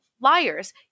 liars